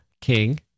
king